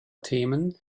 themen